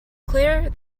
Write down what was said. clear